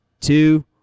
two